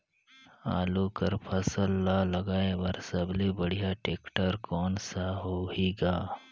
आलू कर फसल ल लगाय बर सबले बढ़िया टेक्टर कोन सा होही ग?